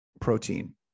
protein